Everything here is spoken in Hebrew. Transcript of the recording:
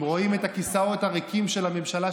הם רואים את הכיסאות הריקים של הממשלה,